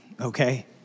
okay